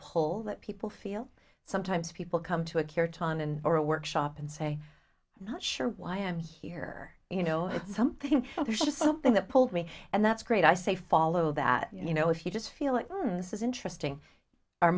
pull that people feel sometimes people come to a cure time and or a workshop and say i'm not sure why i'm here you know it's something you should do something that pulled me and that's great i say follow that you know if you just feel like this is interesting our